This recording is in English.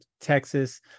Texas